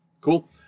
cool